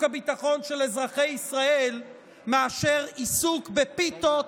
הביטחון של אזרחי ישראל מאשר עיסוק בפיתות,